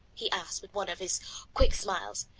he asked with one of his quick smiles.